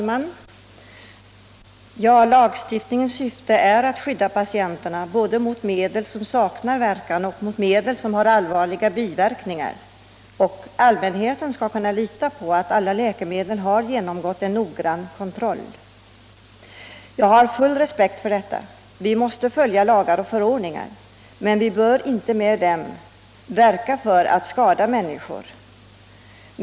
Herr talman! Lagstiftningens syfte är att skydda patienterna både mot medel som saknar verkan och mot medel som har allvarliga biverkningar, och allmänheten skall kunna lita på att alla läkemedel har genomgått en noggrann kontroll. Jag har full respekt för detta. Vi måste följa lagar och förordningar, men vi bör inte med dem skada människor.